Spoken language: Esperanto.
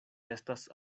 estas